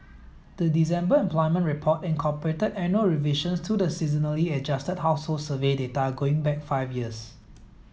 the December employment report incorporated annual revisions to the seasonally adjusted household survey data going back five years